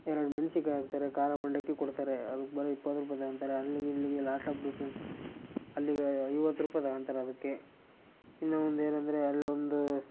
ಎರಡು ಮೆಣ್ಸಿನ್ಕಾಯ್ ಹಾಕ್ತಾರೆ ಖಾರ ಮಂಡಕ್ಕಿ ಕೊಡ್ತಾರೆ ಅದಕ್ಕೆ ಬರೀ ಇಪ್ಪತ್ತು ರೂಪಾಯಿ ತಗೊಂತಾರೆ ಅಲ್ಲಿಗೆ ಇಲ್ಲಿಗೆ ಲಾಟ್ ಆಫ್ ಡಿಫ್ರೆನ್ಸ್ ಅಲ್ಲಿಗೆ ಐವತ್ತು ರೂಪಾಯಿ ತಗಂತಾರೆ ಅದಕ್ಕೆ ಇನ್ನೂ ಒಂದು ಏನಂದರೆ ಅಲ್ಲೊಂದು